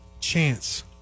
chance